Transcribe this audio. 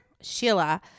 Sheila